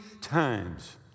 times